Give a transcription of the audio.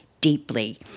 deeply